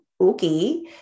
Okay